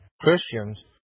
Christians